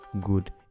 good